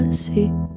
see